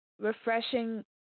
refreshing